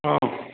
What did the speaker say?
অঁ